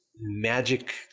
magic